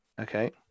okay